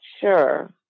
sure